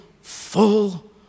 full